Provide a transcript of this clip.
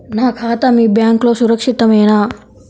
నా ఖాతా మీ బ్యాంక్లో సురక్షితమేనా?